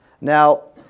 Now